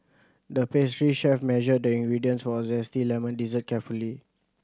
the pastry chef measured the ingredients for a zesty lemon dessert carefully